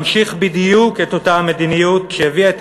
ממשיך בדיוק את אותה המדיניות שהביאה את